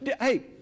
hey